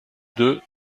deux